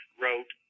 wrote